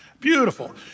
beautiful